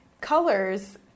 Colors